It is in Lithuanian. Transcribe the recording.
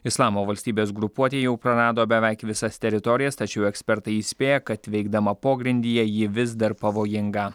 islamo valstybės grupuotė jau prarado beveik visas teritorijas tačiau ekspertai įspėja kad veikdama pogrindyje ji vis dar pavojinga